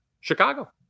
Chicago